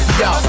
yo